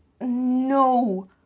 no